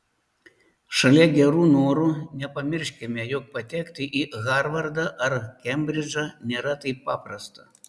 šalia gerų norų nepamirškime jog patekti į harvardą ar kembridžą nėra taip paprasta